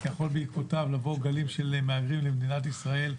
שיכולים בעקבותיו לבוא גלים של מהגרים למדינת ישראל,